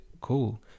cool